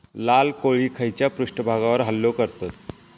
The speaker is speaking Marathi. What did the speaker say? लाल कोळी खैच्या पृष्ठभागावर हल्लो करतत?